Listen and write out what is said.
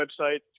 website